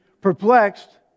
Perplexed